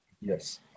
Yes